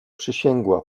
przysięgła